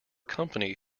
company